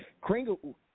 Kringle